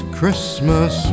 Christmas